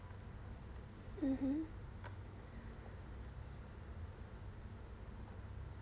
mmhmm